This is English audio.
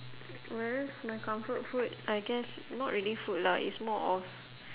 whereas my comfort food I guess not really food lah it's more of